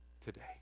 today